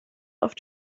auf